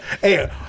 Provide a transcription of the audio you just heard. hey